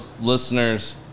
listeners